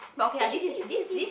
but okay lah this is this this